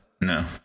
no